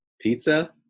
Pizza